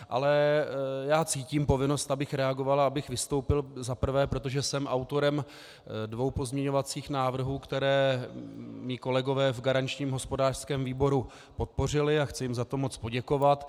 Ale já cítím povinnost, abych reagoval a abych vystoupil za prvé, protože jsem autorem dvou pozměňovacích návrhů, které mí kolegové v garančním hospodářském výboru podpořili, a chci jim za to moc poděkovat.